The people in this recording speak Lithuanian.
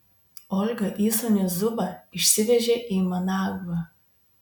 olga įsūnį zubą išsivežė į managvą